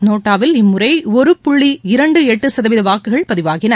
நோட்டாவில் இம்முறை ஒரு புள்ளி இரண்டு எட்டு சதவீத வாக்குகள் பதிவாகின